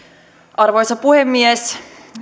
arvoisa puhemies